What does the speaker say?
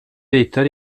litar